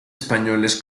españoles